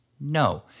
No